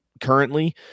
currently